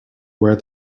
where